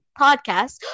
podcast